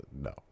No